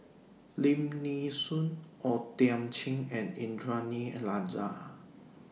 Lim Nee Soon O Thiam Chin and Indranee Rajah